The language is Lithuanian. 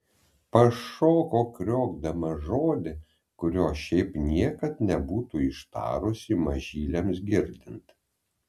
pašoko kriokdama žodį kurio šiaip niekad nebūtų ištarusi mažyliams girdint